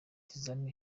tizama